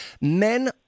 Men